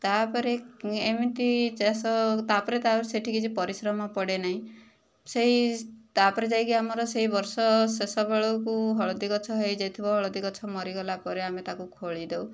ତା'ପରେ ଏମିତି ଚାଷ ତା'ପରେ ତା'ର ସେଠି କିଛି ପରିଶ୍ରମ ପଡ଼େ ନାହିଁ ସେହି ତା'ପରେ ଯାଇକି ଆମର ସେହି ବର୍ଷ ଶେଷ ବେଳକୁ ହଳଦୀ ଗଛ ହୋଇ ଯାଇଥିବ ହଳଦୀ ଗଛ ମରିଗଲା ପରେ ଆମେ ତାକୁ ଖୋଲି ଦେଉ